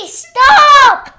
stop